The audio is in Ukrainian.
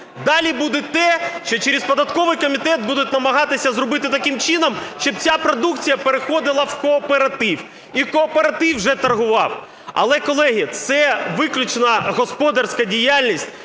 Далі буде те, що через податковий комітет будуть намагатися зробити таким чином, щоб ця продукція переходила в кооператив і кооператив вже торгував. Але, колеги, це виключно господарська діяльність,